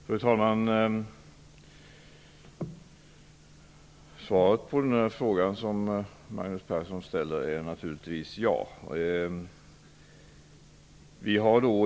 Fru talman! Svaret på den fråga som Magnus Persson ställer är naturligtvis ja.